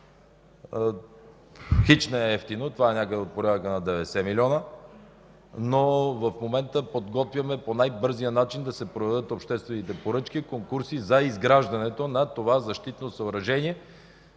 Хич не е евтино – това е от порядъка на 90 милиона. В момента подготвяме по най-бързия начин да се проведат обществените поръчки, конкурси за изграждането на това защитно съоръжение.